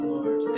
Lord